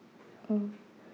mm